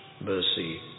mercy